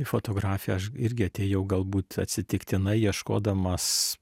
į fotografiją aš irgi atėjau galbūt atsitiktinai ieškodamas